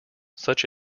such